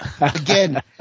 again